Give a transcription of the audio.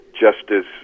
Justice